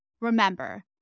Remember